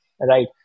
right